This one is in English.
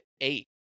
eight